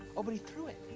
but he threw it.